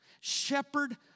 shepherd